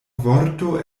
vorto